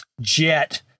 jet